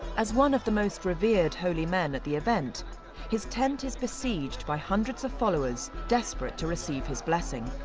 as one of the most revered holy men at the event his tent is besieged by hundreds of followers desperate to receive his blessing.